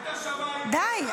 די.